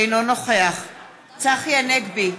אינו נוכח צחי הנגבי,